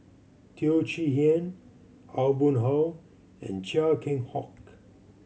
Teo Chee Hean Aw Boon Haw and Chia Keng Hock